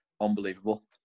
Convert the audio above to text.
unbelievable